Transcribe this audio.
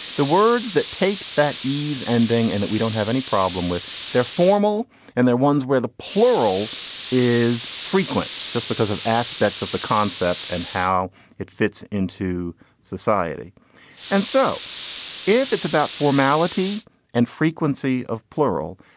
the words that take that ease ending and that we don't have any problem with their formal and there ones where the plural is frequent just because of aspects of the concept and how it fits into society and so if it's about formality and frequency of plural,